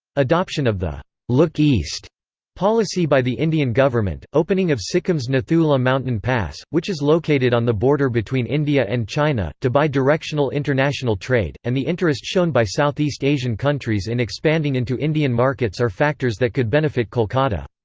adoption of the look east policy by the indian government opening of sikkim's nathu la mountain pass, which is located on the border between india and china, to bi-directional international trade and the interest shown by southeast asian countries in expanding into indian markets are factors that could benefit kolkata.